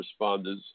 responders